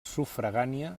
sufragània